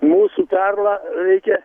mūsų perlą reikia